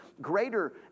greater